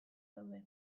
daude